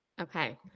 Okay